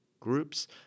groups